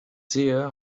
sehe